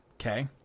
okay